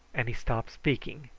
and he stopped speaking,